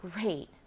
great